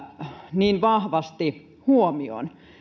niin vahvasti huomioon